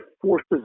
forces